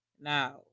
Now